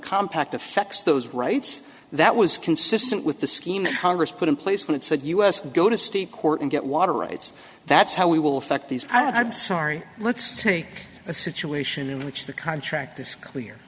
compact affects those rights that was consistent with the scheme congress put in place when it said us go to state court and get water rights that's how we will effect these i'm sorry let's take a situation in which the contract is clear